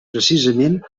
precisament